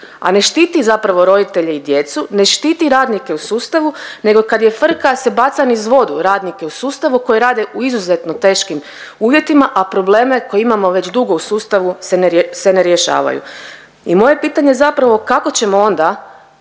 a ne štiti zapravo roditelje i djecu, ne štiti radnike u sustavu, nego kad je frka se baca niz vodu radnike u sustavu koji rade u izuzetno teškim uvjetima, a probleme koji imamo već dugo u sustavu se ne rješavaju i moje pitanje zapravo kako ćemo onda